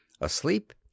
asleep